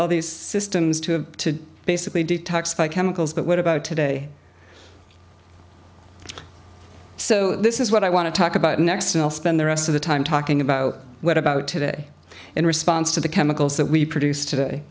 all these systems to have to basically detoxify chemicals but what about today so this is what i want to talk about next and i'll spend the rest of the time talking about what about today in response to the chemicals that we produce today